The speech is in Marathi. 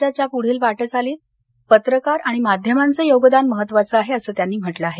राज्याच्या पुढील वाटचालीत पत्रकार आणि माध्यमांचं योगदान खूप महत्वाचं आहे असं त्यांनी म्हटलं आहे